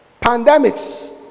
pandemics